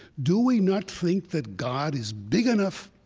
do we not think that god is big enough,